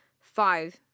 five